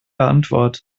antwort